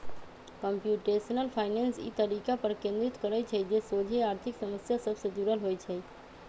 computational finance इ तरीका पर केन्द्रित करइ छइ जे सोझे आर्थिक समस्या सभ से जुड़ल होइ छइ